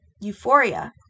euphoria